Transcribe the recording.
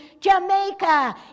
Jamaica